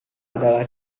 adalah